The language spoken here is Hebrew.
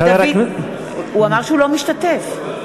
הוא אמר שהוא לא משתתף.